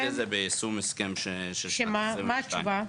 התייחסתי לזה ביישום הסכם של שנת 22'. מה התשובה?